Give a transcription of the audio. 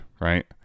Right